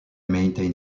maintain